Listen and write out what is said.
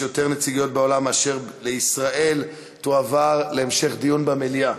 יותר נציגויות בעולם מאשר לישראל תועבר להמשך דיון במליאה,